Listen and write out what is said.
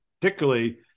particularly